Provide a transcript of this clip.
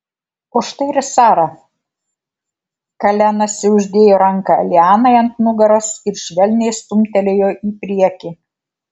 o štai ir sara kalenasi uždėjo ranką lianai ant nugaros ir švelniai stumtelėjo į priekį